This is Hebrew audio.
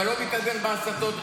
אתה לא מתהדר בהסתות.